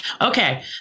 Okay